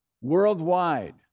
worldwide